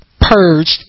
purged